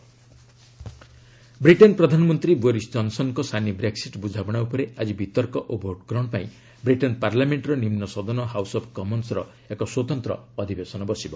Brexit Britain ପ୍ରଧାନମନ୍ତ୍ରୀ Boris ଜନ୍ସନ୍ଙ୍କ ସାନି ବ୍ରେକ୍ସିଟ୍ ବୁଝାମଣା ଉପରେ ଆଜି ବିତର୍କ ଓ ଭୋଟ୍ ଗ୍ରହଣ ପାଇଁ ବ୍ରିଟେନ୍ ପାର୍ଲାମେଣ୍ଟର ନିମ୍ନ ସଦନ ହାଉସ୍ ଅଫ୍ କମନ୍ନର ଏକ ସ୍ୱତନ୍ତ୍ର ଅଧିବେଶନ ବସିବ